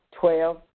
Twelve